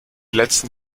letzten